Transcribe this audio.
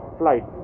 flight